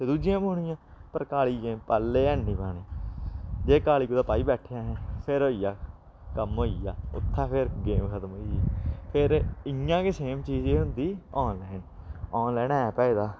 ते दूजियां पौनियां पर काली गेम पैह्लें हैनी पानी जे काली कुदै पाई बैठे असें फिर होई गेआ कम्म होई गेआ उत्थै फिर गेम खतम होई गेई फिर इ'यां गै सेम चीज़ एह् होंदी आनलाइन आनलाइन ऐप एह्दा